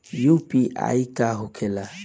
UPI का होखेला?